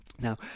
now